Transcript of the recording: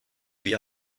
wie